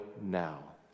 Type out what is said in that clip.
now